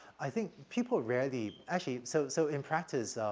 i think people rarely actually, so so in practice,